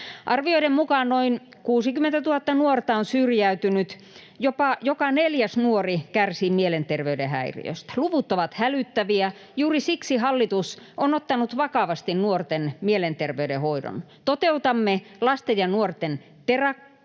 Arvioiden mukaan noin 60 000 nuorta on syrjäytynyt, jopa joka neljäs nuori kärsii mielenterveyden häiriöstä. Luvut ovat hälyttäviä. Juuri siksi hallitus on ottanut vakavasti nuorten mielenter-veyden hoidon. Toteutamme lasten ja nuorten terapiatakuun.